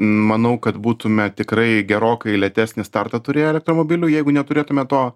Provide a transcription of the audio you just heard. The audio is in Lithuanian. manau kad būtume tikrai gerokai lėtesnį startą turėję elektromobilių jeigu neturėtume to